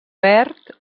verd